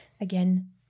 Again